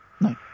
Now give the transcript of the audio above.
no